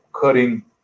cutting